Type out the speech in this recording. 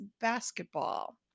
basketball